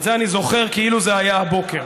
את זה אני זוכר כאילו זה היה הבוקר.